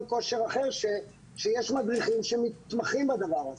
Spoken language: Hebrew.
כושר אחר שיש מדריכים שמתחמים בדבר הזה.